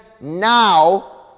now